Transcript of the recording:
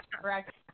correct